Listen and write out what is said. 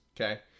okay